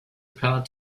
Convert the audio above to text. has